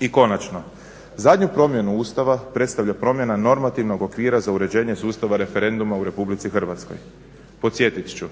I konačno, zadnju promjenu Ustava predstavlja promjena normativnog okvira za uređenje sustava referenduma u Republici Hrvatskoj. Podsjetit ću,